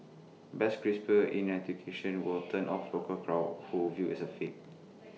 but crisper enunciation will turn off local crowds who view IT as fake